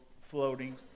floating